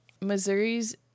Missouri's